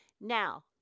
now